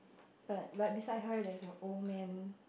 but right beside her there is a old man